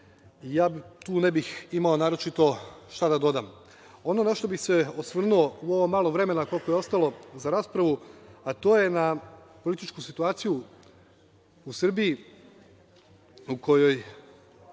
Ja, tu ne bih imao naročito šta da dodam. Ono na šta bi se osvrnuo u ovo malo vremena koliko je ostalo za raspravu, a to je na političku situaciju u Srbiji u kojoj